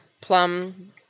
plum